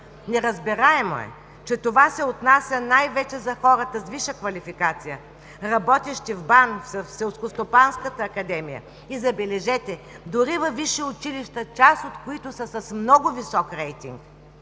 Неразбираемо е, че това се отнася най-вече за хората с висша квалификация, работещи в БАН, в Селскостопанската академия и, забележете, дори във висши училища, част от които са с много висок рейтинг.